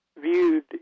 viewed